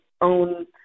own